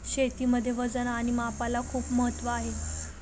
शेतीमध्ये वजन आणि मापाला खूप महत्त्व आहे